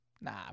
Nah